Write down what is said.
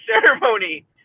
ceremony